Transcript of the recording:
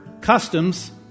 customs